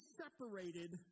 separated